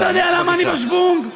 יודע למה אני בשוונג?